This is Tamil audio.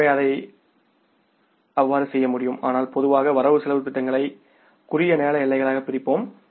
எனவே அதை அவ்வாறு செய்ய முடியும் ஆனால் பொதுவாக வரவு செலவுத் திட்டங்களை குறுகிய நேர எல்லைகளாகப் பிரிப்போம்